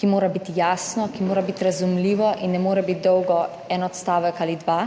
ki mora biti jasno, ki mora biti razumljivo in ne more biti dolgo en odstavek ali dva,